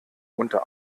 unter